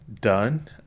done